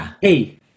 Hey